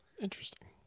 Interesting